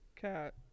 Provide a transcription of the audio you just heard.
cat